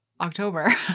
October